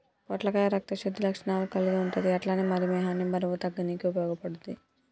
పొట్లకాయ రక్త శుద్ధి లక్షణాలు కల్గి ఉంటది అట్లనే మధుమేహాన్ని బరువు తగ్గనీకి ఉపయోగపడుద్ధి